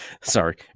Sorry